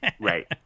Right